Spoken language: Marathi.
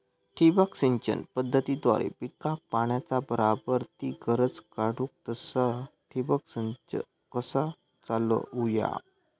ठिबक सिंचन पद्धतीद्वारे पिकाक पाण्याचा बराबर ती गरज काडूक तसा ठिबक संच कसा चालवुचा?